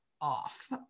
off